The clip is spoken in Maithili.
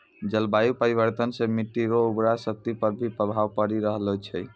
जलवायु परिवर्तन से मट्टी रो उर्वरा शक्ति पर भी प्रभाव पड़ी रहलो छै